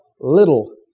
little